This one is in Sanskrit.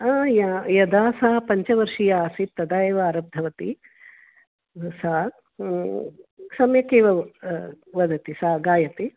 या यदा सा पञ्चवर्षीया आसीत् तदा एव आरब्धवती सा सम्यक् एव वदति सा गायते